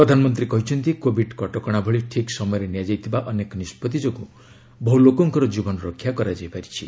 ପ୍ରଧାନମନ୍ତ୍ରୀ କହିଛନ୍ତି କୋଭିଡ୍ କଟକଣା ଭଳି ଠିକ୍ ସମୟରେ ନିଆଯାଇଥିବା ଅନେକ ନିଷ୍ପଭି ଯୋଗୁଁ ବହୁ ଲୋକଙ୍କର କୀବନ ରକ୍ଷା କରାଯାଇ ପାରିଛି